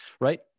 right